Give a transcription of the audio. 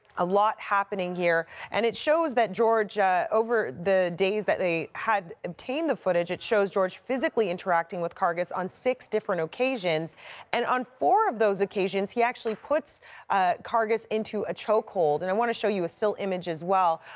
a lot happening here. and it shows that george over the days that they had obtained the footage, it shows george physically interacting with kargus on six different occasions and on four of those occasions, he actually puts kargus into a chokehold. and i want to show you a still image, as well.